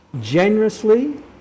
generously